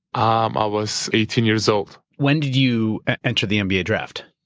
um i was eighteen years old. when did you enter the nba draft?